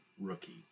rookie